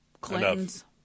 Clintons